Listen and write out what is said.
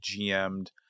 GM'd